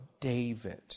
David